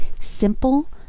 simple